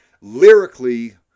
lyrically